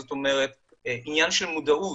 עניין של מודעות,